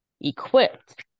equipped